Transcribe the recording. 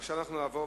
ועכשיו נעבור,